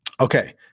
okay